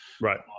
Right